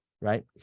right